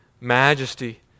majesty